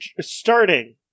starting